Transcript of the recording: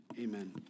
Amen